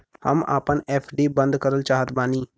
हम आपन एफ.डी बंद करल चाहत बानी